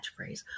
catchphrase